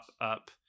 up